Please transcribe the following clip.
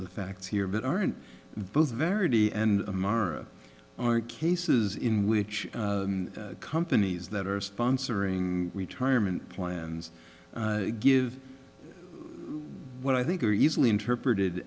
the facts here but aren't both verity and ammara aren't cases in which companies that are sponsoring retirement plans give what i think are easily interpreted